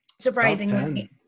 Surprisingly